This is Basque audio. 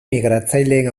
migratzaileen